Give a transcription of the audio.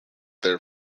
their